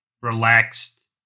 relaxed